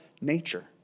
nature